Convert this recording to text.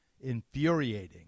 infuriating